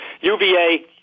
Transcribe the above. UVA